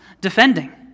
defending